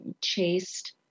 chased